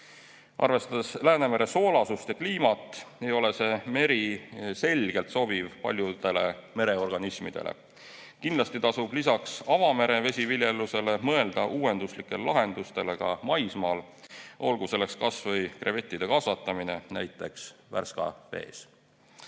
Arvestades Läänemere soolasust ja kliimat, on selge, et see meri ei ole paljudele mereorganismidele sobiv. Kindlasti tasub lisaks avamere vesiviljelusele mõelda uuenduslikele lahendustele ka maismaal, olgu selleks kas või krevettide kasvatamine näiteks Värska vees.